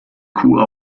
kuh